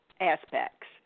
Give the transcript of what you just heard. aspects